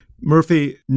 Murphy